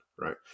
right